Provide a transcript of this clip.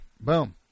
Boom